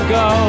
go